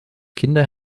kinder